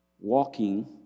walking